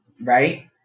Right